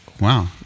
Wow